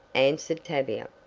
answered tavia.